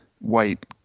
white